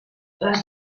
les